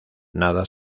nada